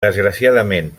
desgraciadament